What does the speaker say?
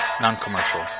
Non-commercial